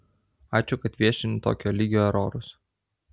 ačiū kad viešini tokio lygio erorus